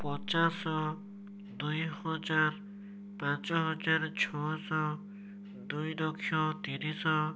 ପଚାଶ ଦୁଇହଜାର ପାଞ୍ଚହଜାର ଛଅଶହ ଦୁଇଲକ୍ଷ ତିନିଶହ